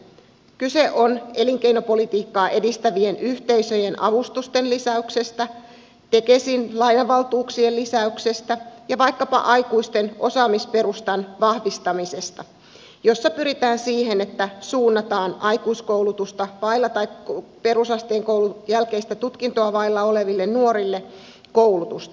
kyse on elinkeinopolitiikkaa edistävien yhteisöjen avustusten lisäyksestä tekesin lainavaltuuksien lisäyksestä ja vaikkapa aikuisten osaamisperustan vahvistamisesta jossa pyritään siihen että suunnataan perusasteen jälkeistä tutkintoa vailla oleville nuorille koulutusta